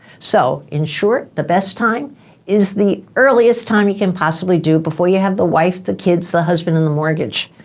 so, in short, the best time is the earliest time you can possibly do before you have the wife, the kids, the husband, and the mortgage.